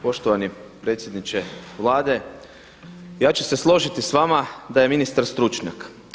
Poštovani predsjedniče Vlade, ja ću se složiti sa vama da je ministar stručnjak.